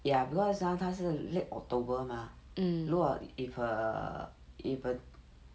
ya because ah 她是 late october mah 如果 if her if her